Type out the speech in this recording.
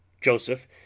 Joseph